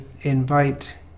invite